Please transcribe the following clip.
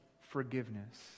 Forgiveness